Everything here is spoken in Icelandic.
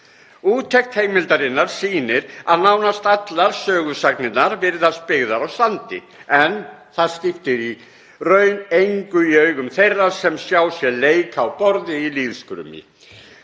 Úttekt Heimildarinnar sýnir að nánast allar sögusagnirnar virðast byggðar á sandi en það skiptir í raun engu í augum þeirra sem sjá sér leik á borði í lýðskrumi.